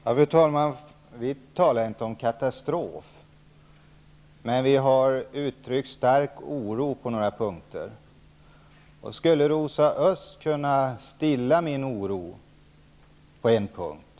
Fru talman! Vi talar inte om katastrof, men vi har uttryckt stark oro på några punkter. Kanske skulle Rosa Östh kunna stilla min oro på en punkt.